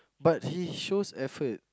but he shows effort